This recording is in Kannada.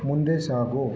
ಮುಂದೆ ಸಾಗು